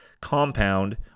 compound